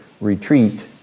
retreat